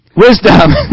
Wisdom